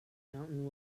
mountain